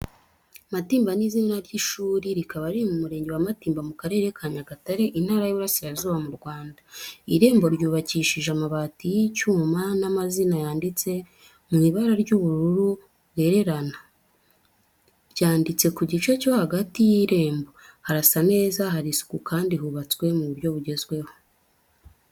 Matimba ni izina ry'ishuri, rikaba riri mu Murenge wa Matimba, mu Karere ka Nyagatare, Intara y’Iburasirazuba mu Rwanda. Iri rembo ryubakishije amabati y’icyuma n’amazina yanditse mu ibara ry’ubururu bwererana, ryanditse ku gice cyo hagati y’irembo. Harasa neza hari isuku kandi hubatswe mu buryo bugezweho.